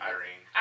Irene